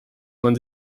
man